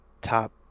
top